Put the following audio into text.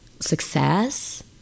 success